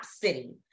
City